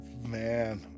man